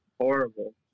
horrible